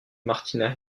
martina